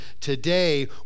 today